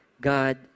God